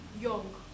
young